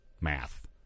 Math